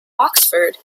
oxford